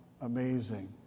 amazing